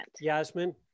Yasmin